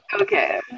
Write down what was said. Okay